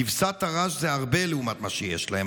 כבשת הרש זה הרבה לעומת מה שיש להם.